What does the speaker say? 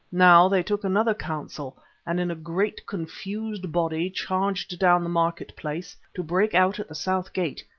now they took another counsel and in a great confused body charged down the market-place to break out at the south gate,